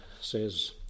says